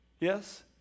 Yes